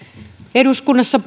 eduskunnassa